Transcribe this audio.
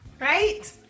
right